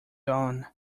dawn